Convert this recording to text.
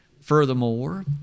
Furthermore